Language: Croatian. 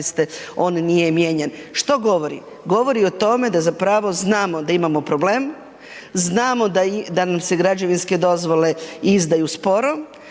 on nije mijenjan. Što govori? Govori o tome da zapravo znamo da imamo problem, znamo da nam se građevinske dozvole izdaju sporo,